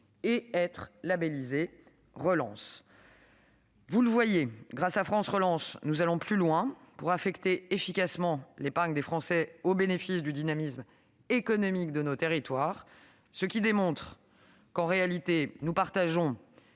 et être labellisés Relance. Comme vous pouvez le constater, grâce à France Relance, nous allons plus loin pour affecter efficacement l'épargne des Français au bénéfice du dynamisme économique de nos territoires, ce qui démontre que, si les moyens